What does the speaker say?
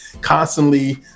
constantly